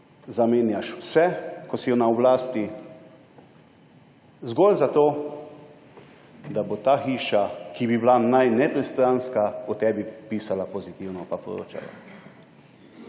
zamenjaš vse, ko si na oblasti, zgolj zato, da bo ta hiša, ki bi bila naj nepristranska, o tebi pisala in poročala